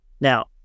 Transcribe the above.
Now